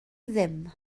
ddim